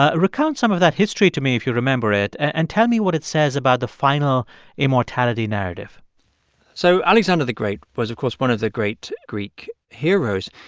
ah recount some of that history to me, if you remember it, and tell me what it says about the final immortality narrative so alexander the great was, of course, one of the great greek heroes.